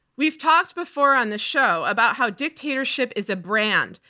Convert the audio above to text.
we've talked before on this show about how dictatorship is a brand,